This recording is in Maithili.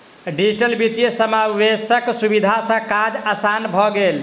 डिजिटल वित्तीय समावेशक सुविधा सॅ काज आसान भ गेल